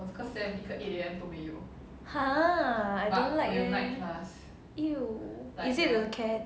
!huh! I don't like leh !eww! is it the CAD